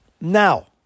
Now